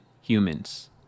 humans